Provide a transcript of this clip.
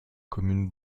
communes